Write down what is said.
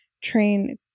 train